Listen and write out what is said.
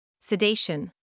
Sedation